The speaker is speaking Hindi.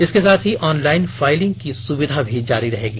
इसके साथ ही ऑनलाइन फाइलिंग की सुविधा भी जारी रहेगी